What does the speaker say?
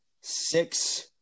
six